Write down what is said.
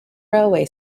railway